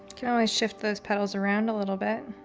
can always shift those petals around a little bit